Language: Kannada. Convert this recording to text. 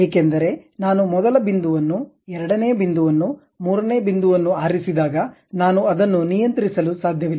ಏಕೆಂದರೆ ನಾನು ಮೊದಲ ಬಿಂದುವನ್ನು ಎರಡನೇ ಬಿಂದುವನ್ನು ಮೂರನೇ ಬಿಂದುವನ್ನು ಆರಿಸಿದಾಗ ನಾನು ಅದನ್ನು ನಿಯಂತ್ರಿಸಲು ಸಾಧ್ಯವಿಲ್ಲ